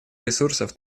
ресурсов